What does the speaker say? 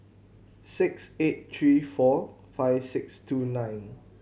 six eight three four five six two nine